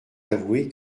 avouer